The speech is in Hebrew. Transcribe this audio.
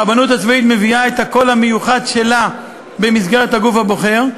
הרבנות הצבאית מביאה את הקול המיוחד שלה במסגרת הגוף הבוחר,